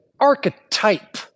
archetype